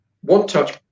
one-touch